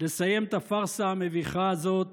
לסיים את הפארסה המביכה הזאת